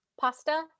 pasta